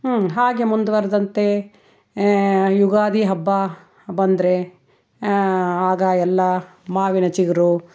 ಹ್ಞೂಂ ಹಾಗೇ ಮುಂದುವರೆದಂತೆ ಯುಗಾದಿ ಹಬ್ಬ ಬಂದರೆ ಆಗ ಎಲ್ಲ ಮಾವಿನ ಚಿಗುರು